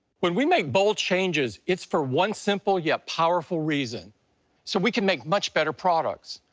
when we make bold changes, it's for one simple yet powerful reason so we can make much better products.